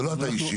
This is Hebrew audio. זה לא אתה אישית.